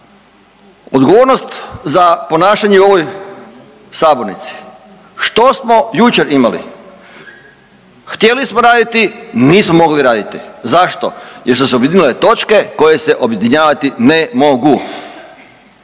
odgovornost za ponašanje u ovoj sabornici. Što smo jučer imali? Htjeli smo raditi, nismo mogli raditi. Zašto? Jer su se objedinile točke koje se objedinjavati ne mogu.